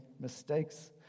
mistakes